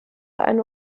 eine